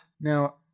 Now